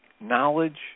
Knowledge